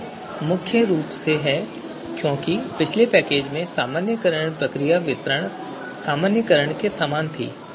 यह मुख्य रूप से है क्योंकि पिछले पैकेज में सामान्यीकरण प्रक्रिया वितरण सामान्यीकरण के समान थी